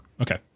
Okay